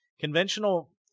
conventional